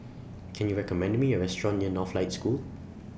Can YOU recommend Me A Restaurant near Northlight School